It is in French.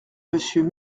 monsieur